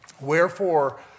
Wherefore